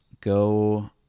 go